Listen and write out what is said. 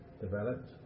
developed